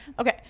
Okay